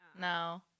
No